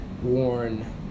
Worn